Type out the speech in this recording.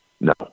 No